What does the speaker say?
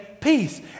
peace